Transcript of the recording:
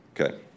Okay